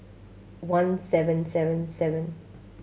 one seven seven seven